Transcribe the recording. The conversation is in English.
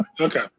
Okay